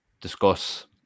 discuss